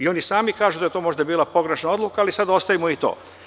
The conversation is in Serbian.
Oni sami kažu da je to možda bila pogrešna odluka, ali sada ostavimo i to.